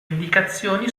indicazioni